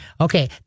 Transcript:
Okay